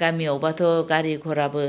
गामियावबाथ' गारि घराबो